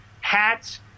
hats